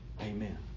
Amen